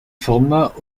formats